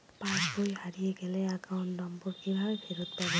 পাসবই হারিয়ে গেলে account number কিভাবে ফেরত পাব?